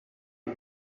you